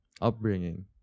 upbringing